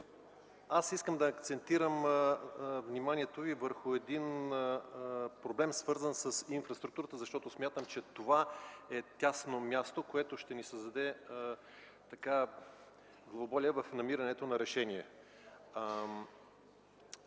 Искам да акцентирам вниманието ви върху проблема, свързан с инфраструктурата, защото смятам, че това е тясно място, което ще ни създаде главоболия в намирането на решения.